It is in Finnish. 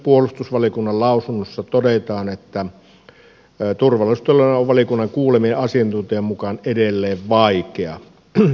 puolustusvaliokunnan lausunnossa todetaan että turvallisuustilanne on valiokunnan kuuleman asiantuntijan mukaan edelleen vaikea